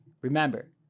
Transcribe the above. remember